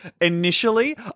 initially